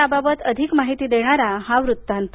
याबाबत अधिक माहिती देणारा हा वृत्तांत